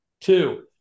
two